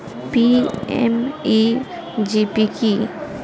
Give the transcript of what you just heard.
PMEGP কি?